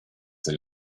that